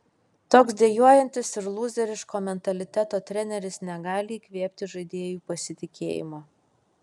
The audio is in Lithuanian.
toks dejuojantis ir lūzeriško mentaliteto treneris negali įkvėpti žaidėjui pasitikėjimo